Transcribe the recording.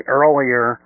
earlier